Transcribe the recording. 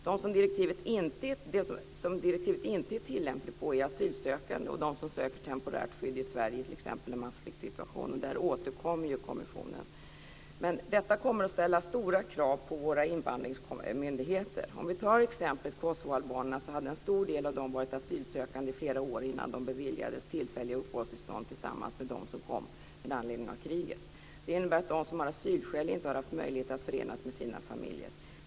De som direktivet inte är tillämpligt på är asylsökande och de som söker temporärt skydd i Sverige t.ex. i en massflyktssituation. Men där återkommer ju kommissionen. Detta kommer att ställa stora krav på våra invandringsmyndigheter. Om vi tar exemplet kosovoalbanerna hade en stor del av dem varit asylsökande i flera år innan de beviljades tillfälliga uppehållstillstånd tillsammans med dem som kom med anledning av kriget. Det innebär att de som har asylskäl inte har haft möjlighet att förenas med sina familjer.